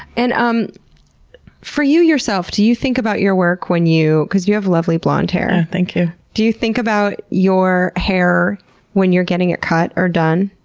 and um for you yourself, do you think about your work when you, because you have lovely blonde hair. ah, and thank you. do you think about your hair when you're getting it cut or done?